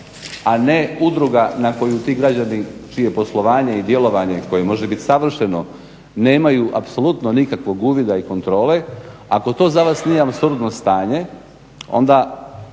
a ne udruga na koju ti građani čije poslovanje i djelovanje koje može biti savršeno nemaju apsolutno nikakvog uvida i kontrole ako to za vas nije apsurdno stanje onda